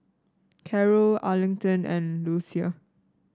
Carrol Arlington and Lucia